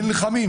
ונלחמים,